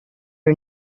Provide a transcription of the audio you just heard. are